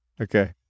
Okay